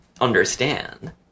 understand